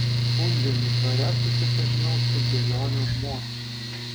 punžionių dvare susipažinau su bielionio žmona